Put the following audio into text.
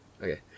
Okay